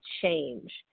change